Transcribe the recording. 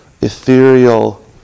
ethereal